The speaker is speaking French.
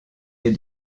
des